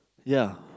ya